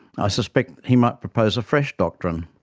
i suspect he might propose a fresh doctrine,